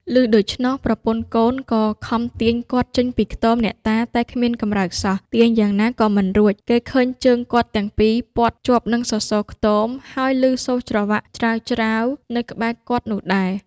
ឮដូច្នោះ ប្រពន្ធកូនក៏ខំទាញគាត់ចេញពីខ្ទម អ្នកតា តែគ្មានកម្រើកសោះ ទាញយ៉ាងណាក៏មិនរួច គេឃើញជើងគាត់ទាំងពីរព័ទ្ធជាប់នឹងសសរខ្ទម ហើយ ឮសូរច្រវាក់ច្រាវៗនៅក្បែរគាត់នោះដែរ ។